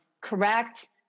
correct